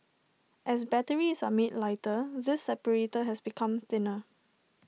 as batteries are made lighter this separator has become thinner